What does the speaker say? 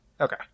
Okay